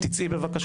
תצאי בבקשה.